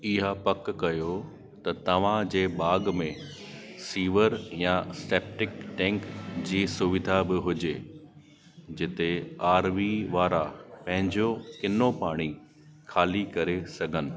इहा पक कयो त तव्हां जे बाग़ में सीवर या सेप्टिक टैंक जी सुविधा बि हुजे जिते आर वी वारा पंहिंजो किनो पाणी ख़ाली करे सघनि